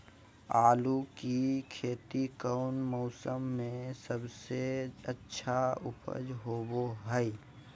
आलू की खेती कौन मौसम में सबसे अच्छा उपज होबो हय?